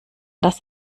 das